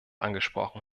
angesprochen